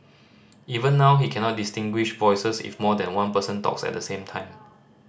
even now he cannot distinguish voices if more than one person talks at the same time